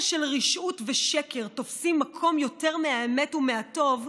של רשעות ושקר תופס מקום יותר מהאמת ומהטוב,